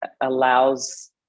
allows